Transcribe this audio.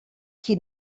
qui